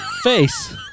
face